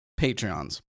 Patreons